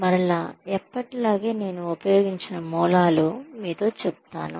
మరలా ఎప్పటిలాగే నేను ఉపయోగించిన మూలాలు మీతో చెప్తాను